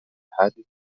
حادث